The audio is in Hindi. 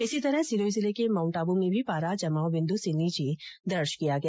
इसी तरह सिरोही जिले के मांउटआब में भी पारा जमावबिन्द से नीचे दर्ज किया गया